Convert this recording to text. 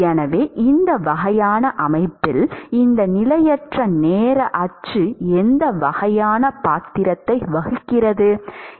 எனவே இந்த வகையான அமைப்பில் இந்த நிலையற்ற நேர அச்சு எந்த வகையான பாத்திரத்தை வகிக்கிறது